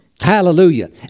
Hallelujah